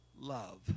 love